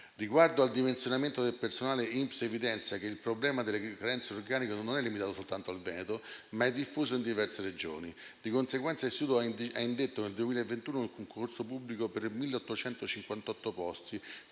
Riguardo al dimensionamento del personale, INPS evidenzia che il problema delle carenze di organico non è limitato soltanto al Veneto, ma è diffuso in diverse Regioni. Di conseguenza, l'istituto ha indetto nel 2021 un concorso pubblico per 1.858 posti